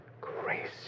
crazy